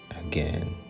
again